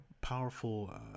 powerful